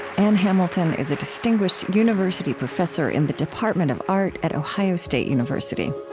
ann hamilton is a distinguished university professor in the department of art at ohio state university